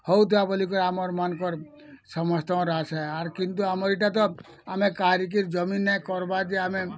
ହଉ ଥାଉ ବୋଲି ଆମର୍ ମାନଙ୍କର୍ ସମସ୍ତଙ୍କର ଆଶା ଆର୍ କିନ୍ତୁ ଆମର ଏଇଟା ତ ଆମେ କାହାରି କେ ଜମିନ୍ ନେ କରିବା ଯେ ଆମେ